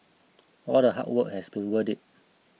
all the hard work has been worth it